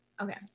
Okay